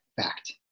fact